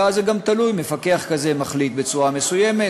ואז זה גם תלוי: מפקח כזה מחליט בצורה מסוימת,